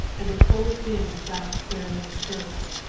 and a cold wind flapped sara lee's skirts,